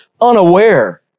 unaware